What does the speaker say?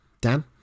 Dan